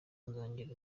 nzongera